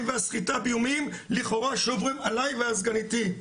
והסחיטה באיומים לכאורה שעוברים עלי ועל סגניתי.